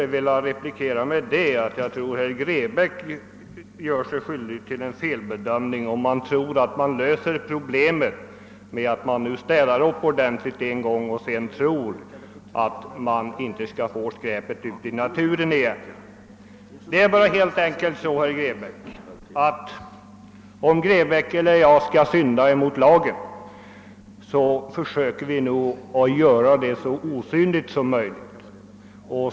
Jag vill replikera att det nog är herr Grebäck som gör sig skyldig till en felbedömning, om han tror att man löser problemet genom en enstaka uppstädning och sedan inte skall behöva få något skräp i naturen igen. Det är bara så att herr Grebäck eller jag, om vi skulle synda mot lagen, nog försöker göra det så omärkligt som möjligt.